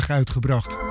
uitgebracht